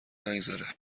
نگذره